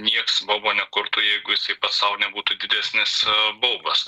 nieks baubo nekurtų jeigu jisai pats sau nebūtų didesnis baubas